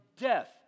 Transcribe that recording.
death